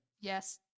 Yes